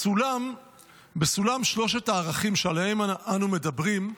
בסולם שלושת הערכים שעליהם אנו מדברים,